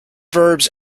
verbs